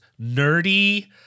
nerdy –